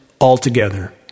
altogether